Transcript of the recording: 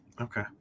Okay